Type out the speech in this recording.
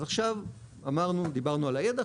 אז עכשיו דיברנו על הידע,